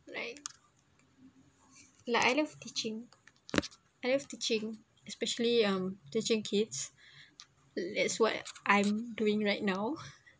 like like I love teaching I love teaching especially um teaching kids that's what I'm doing right now